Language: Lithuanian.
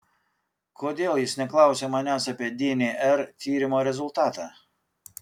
kodėl jis neklausia manęs apie dnr tyrimo rezultatą